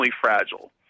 fragile